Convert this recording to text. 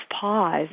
pause